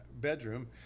bedroom